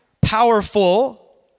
powerful